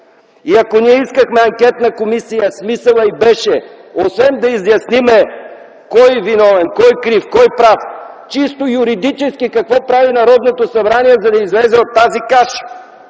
И ако ние искахме анкетна комисия, смисълът й беше освен да изясним кой е виновен, кой крив, кой прав, и чисто юридически какво прави Народното събрание, за да излезе от тази каша.